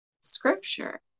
scripture